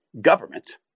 government